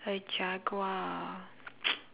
a jaguar